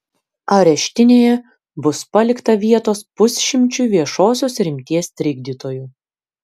areštinėje bus palikta vietos pusšimčiui viešosios rimties trikdytojų